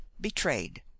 betrayed